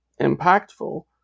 impactful